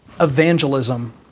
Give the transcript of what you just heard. evangelism